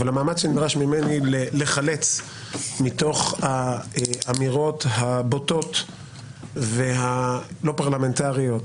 אבל המאמץ שנדרש ממני לחלץ מתוך האמירות הבוטות והלא פרלמנטריות